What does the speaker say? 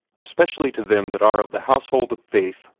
especially to them that are of the household of faith,